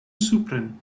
supren